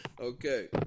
Okay